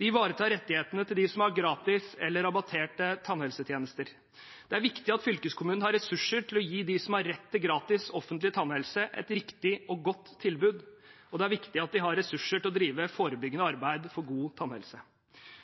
De ivaretar rettighetene til dem som har gratis eller rabatterte tannhelsetjenester. Det er viktig at fylkeskommunene har ressurser til å gi dem som har rett til gratis offentlig tannhelsetjeneste, et riktig og godt tilbud, og det er viktig at de har ressurser til å drive forebyggende arbeid for god tannhelse.